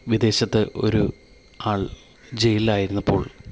വിദേശത്ത് ഒരു ആൾ ജയിലിൽ ആയിരുന്നപ്പോൾ